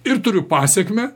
ir turiu pasekmę